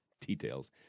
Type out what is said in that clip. Details